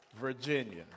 Virginia